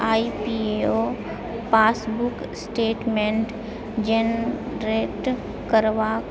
ई P F O passbook statement generate करबाक